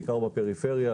בעיקר בפריפריה,